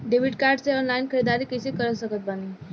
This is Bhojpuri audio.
डेबिट कार्ड से ऑनलाइन ख़रीदारी कैसे कर सकत बानी?